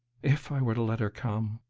if i were to let her come,